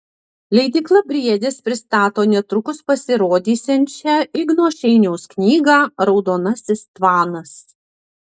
leidykla briedis pristato netrukus pasirodysiančią igno šeiniaus knygą raudonasis tvanas